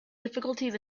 difficulties